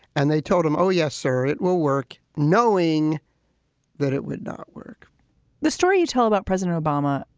and they told him. oh, yes, sir, it will work knowing that it would not work the story you tell about president obama,